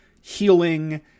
healing